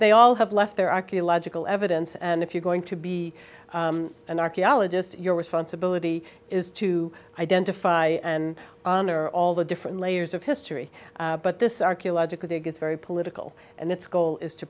they all have left their archaeological evidence and if you're going to be an archaeologist your responsibility is to identify and honor all the different layers of history but this archaeological dig is very political and its goal is to